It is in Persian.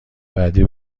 بعدی